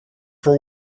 for